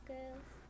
Girls